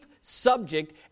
subject